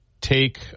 take